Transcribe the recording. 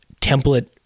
template